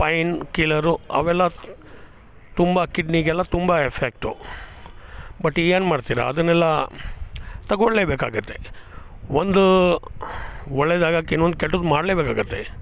pine ಕೀಲರು ಅವೆಲ್ಲ ತುಂಬ ಕಿಡ್ನಿಗೆಲ್ಲ ತುಂಬ ಎಫೆಕ್ಟು ಬಟ್ ಏನು ಮಾಡ್ತೀರ ಅದನ್ನೆಲ್ಲ ತೊಗೊಳ್ಲೇಬೇಕಾಗುತ್ತೆ ಒಂದು ಒಳ್ಳೇದಾಗಕ್ಕೆ ಇನ್ನೊಂದು ಕೆಟ್ಟದ್ದು ಮಾಡಲೇಬೇಕಾಗತ್ತೆ